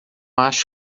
acho